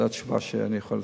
זו התשובה שאני יכול לתת.